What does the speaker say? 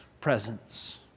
presence